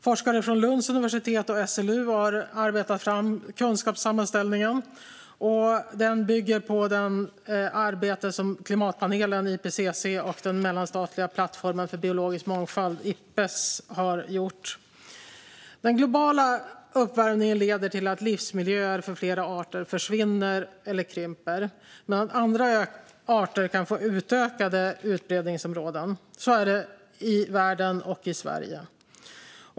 Forskare från Lunds universitet och SLU har arbetat fram en kunskapssammanställning som bygger på det arbete som klimatpanelen, IPCC, och den mellanstatliga plattformen för biologisk mångfald, Ipbes, har gjort. Den globala uppvärmningen leder till att livsmiljöer för flera arter försvinner eller krymper, medan andra arter kan få utökade utbredningsområden. Så är det i världen och i Sverige.